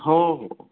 हो हो हो